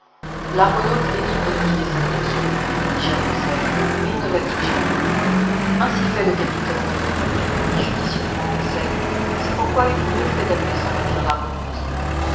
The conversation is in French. l'argonaute est libre de quitter sa coquille dis-je à conseil mais il ne la quitte jamais ainsi fait le capitaine nemo répondit judicieusement conseil c'est pourquoi il eût mieux fait d'appeler son navire l'argonaute